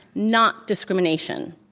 not discrimination.